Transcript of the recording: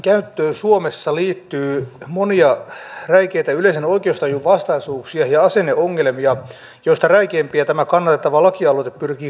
oikeudenkäyttöön suomessa liittyy monia räikeitä yleisen oikeustajun vastaisuuksia ja asenneongelmia joista räikeimpiä tämä kannatettava lakialoite pyrkii korjaamaan